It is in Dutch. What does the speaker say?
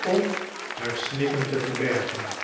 om haar snikken te verbergen